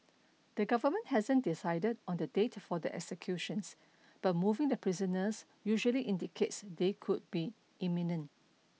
the government hasn't decided on the date for the executions but moving the prisoners usually indicates they could be imminent